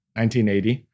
1980